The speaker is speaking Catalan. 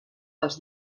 les